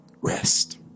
rest